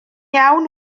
iawn